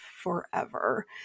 forever